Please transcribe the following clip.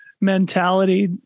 mentality